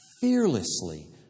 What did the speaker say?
Fearlessly